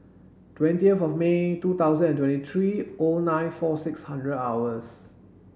twentieth of May two thousand and twenty three O nine four six hundred hours